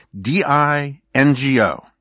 d-i-n-g-o